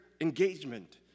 engagement